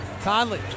Conley